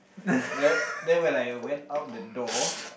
then then when I went out the door